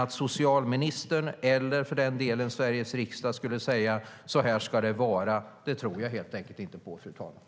Att socialministern eller, för den delen, Sveriges riksdag ska säga hur det ska vara tror jag helt enkelt inte på, fru talman.